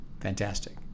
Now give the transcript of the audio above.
fantastic